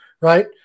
right